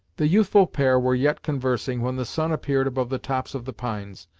the youthful pair were yet conversing when the sun appeared above the tops of the pines,